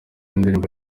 indirimbo